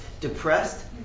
Depressed